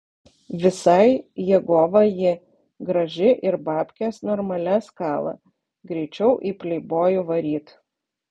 visai jėgova ji graži ir babkes normalias kala greičiau į pleibojų varyt